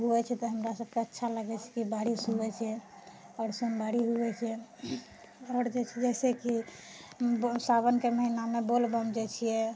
होबए छै तऽ हमरा सबकेँ अच्छा लागए कि बारिश होबैत छै आओर सोमवारी होइत छै आओर जैसे कि सावनके महीनामे बोलबम जाइत छिऐ